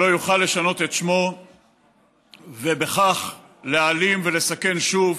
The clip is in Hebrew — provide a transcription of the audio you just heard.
שלא יוכל לשנות את שמו ובכך להיעלם ולסכן שוב,